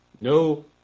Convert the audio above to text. No